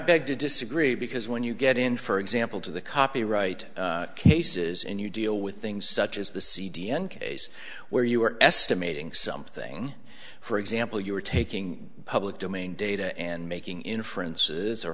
beg to disagree because when you get in for example to the copyright cases and you deal with things such as the c d n case where you are estimating something for example you are taking public domain data and making inferences